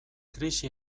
krisi